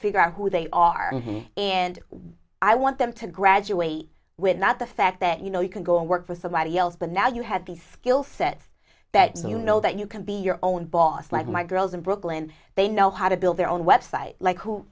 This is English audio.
figure out who they are and i want them to graduate with not the fact that you know you can go and work for somebody else but now you have the skill set that you know that you can be your own boss like my girls in brooklyn they know how to build their own website like who